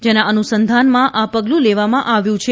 જેના અનુસંધાનમાં આ પગલું લેવામાં આવ્યું છે